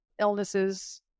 illnesses